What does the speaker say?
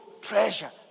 treasure